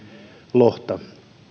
lohta